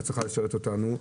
את צריכה לשרת אותנו.